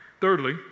Thirdly